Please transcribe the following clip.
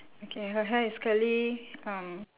okay her hair is curly um